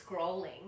scrolling